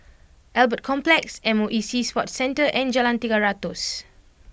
Albert Complex M O E Sea Sports Centre and Jalan Tiga Ratus